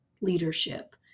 leadership